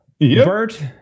Bert